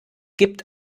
gibt